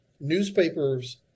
newspapers